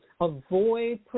Avoid